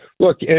Look